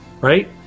Right